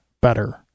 better